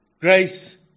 grace